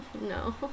No